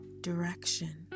direction